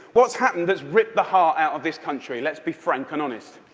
what's happened that's ripped the heart out of this country? let's be frank and honest.